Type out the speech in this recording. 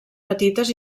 petites